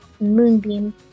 Moonbeam